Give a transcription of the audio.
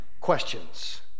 questions